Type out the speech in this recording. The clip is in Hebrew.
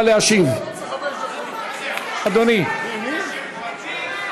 כפוף לתיאום הליכי החקיקה עם משרד הפנים ועם ועדת הבחירות